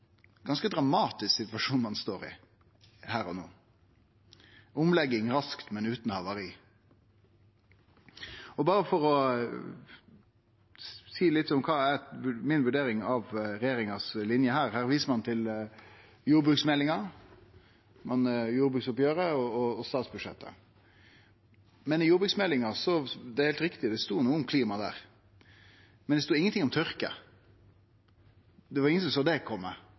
dramatisk situasjon ein står i, her og no – omlegging raskt, men utan havari. For å seie litt om kva mi vurdering av regjeringa si linje er: Her viser ein til jordbruksmeldinga, jordbruksoppgjeret og statsbudsjettet. I jordbruksmeldinga – det er heilt riktig – stod det noko om klima, men det stod ingenting om tørke. Det var ingen som såg det